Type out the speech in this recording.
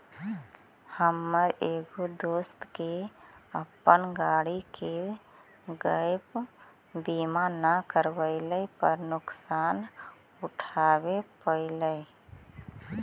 हमर एगो दोस्त के अपन गाड़ी के गैप बीमा न करवयला पर नुकसान उठाबे पड़लई